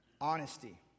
Honesty